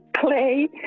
play